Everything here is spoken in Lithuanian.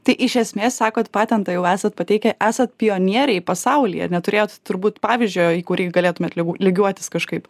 tai iš esmės sakot patentą jau esat pateikę esate pionieriai pasaulyje neturėjot turbūt pavyzdžio į kurį galėtumėt ligu lygiuotis kažkaip